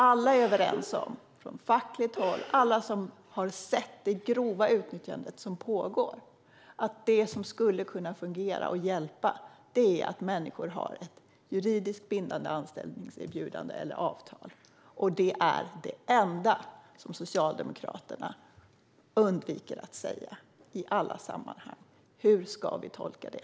Alla är överens - från fackligt håll och alla som har sett det grova utnyttjande som pågår - om att det som skulle kunna fungera och hjälpa är att människor har ett juridiskt bindande anställningserbjudande eller avtal. Men det är det enda som Socialdemokraterna undviker att säga i alla sammanhang. Hur ska vi tolka det?